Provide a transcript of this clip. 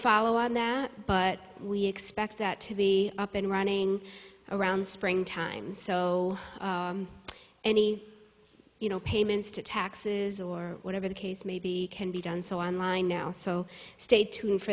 follow on that but we expect that to be up and running around spring time so any you know payments to taxes or whatever the case may be can be done so on line now so stay tuned for